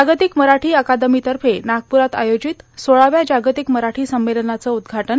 जागतिक मराठी अकादमीतर्फे नागपुरात आयोजित सोळाव्या जागतिक मराठी संमेलनाचं उद्घाटन